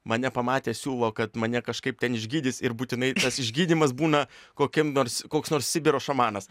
mane pamatę siūlo kad mane kažkaip ten išgydys ir būtinai tas išgydymas būna kokiam nors koks nors sibiro šamanas